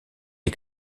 des